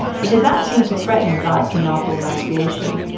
because that seemed to threaten god's monopoly on creation.